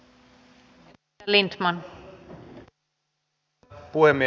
arvoisa puhemies